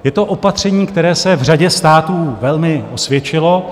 Je to opatření, které se v řadě států velmi osvědčilo.